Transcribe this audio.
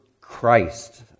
Christ